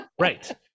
right